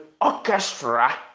orchestra